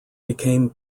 became